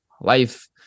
life